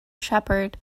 shepherd